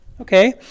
Okay